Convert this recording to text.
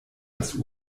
das